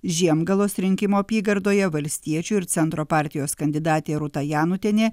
žiemgalos rinkimų apygardoje valstiečių ir centro partijos kandidatė rūta janutienė